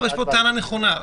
יש פה טענה נכונה.